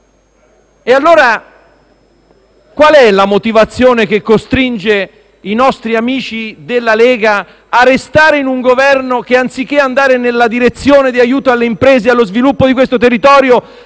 Allora, qual è la motivazione che costringe i nostri amici della Lega a restare in un Governo che, anziché andare nella direzione di aiuto alle imprese e allo sviluppo del nostro territorio,